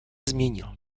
změnil